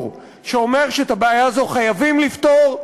שאומר שאת הבעיה הזו חייבים לפתור.